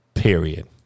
Period